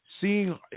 seeing